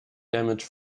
damage